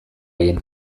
egin